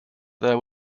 there